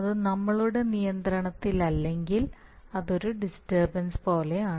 അത് നമ്മുടെ നിയന്ത്രണത്തിലല്ലെങ്കിൽ അത് ഒരു ഡിസ്റ്റർബൻസ് പോലെയാണ്